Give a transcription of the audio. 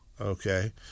Okay